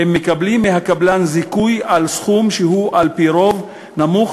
הם מקבלים מהקבלן זיכוי על סכום שהוא על־פי רוב נמוך